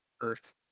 Earth